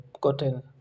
gotten